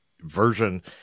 version